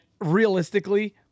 realistically